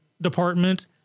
department